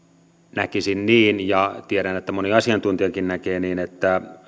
näkisin niin ja tiedän että moni asiantuntijakin näkee niin että